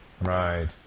Right